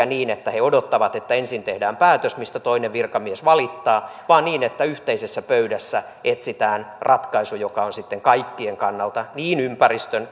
niin että he odottavat että ensin tehdään päätös mistä toinen virkamies valittaa vaan niin että yhteisessä pöydässä etsitään ratkaisu joka on sitten kaikkien kannalta niin ympäristön